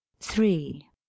three